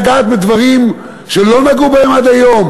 רוצה לגעת בדברים שלא נגעו בהם עד היום?